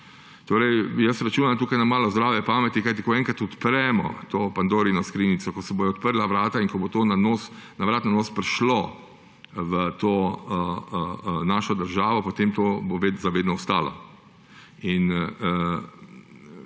dopušča. Jaz računam tukaj na malo zdrave pameti, kajti ko enkrat odpremo to Pandorino skrinjico, ko se bodo odprla vrata in bo to na vrat na nos prišlo v to našo državo, potem bo to za vedno ostalo.